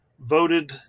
voted